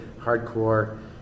hardcore